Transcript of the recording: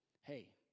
Hey